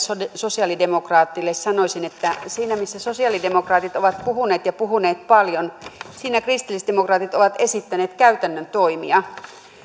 sosiaalidemokraateille sanoisin että siinä missä sosiaalidemokraatit ovat puhuneet ja puhuneet paljon kristillisdemokraatit ovat esittäneet käytännön toimia